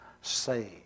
saved